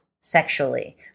sexually